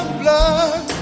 blood